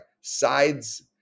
sides